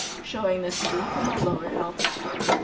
showing the city from a lower altitude.